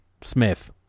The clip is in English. Smith